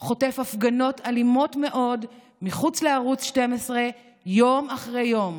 חוטף הפגנות אלימות מאוד מחוץ לערוץ 12 יום אחרי יום.